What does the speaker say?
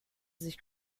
sich